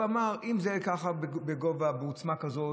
הוא אמר: אם זה בגובה או בעוצמה כזאת,